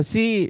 See